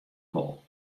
wol